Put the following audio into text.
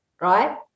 right